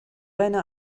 eine